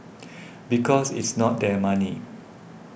because it's not their money